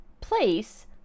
place